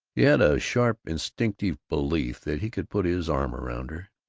he had a sharp instinctive belief that he could put his arm around her,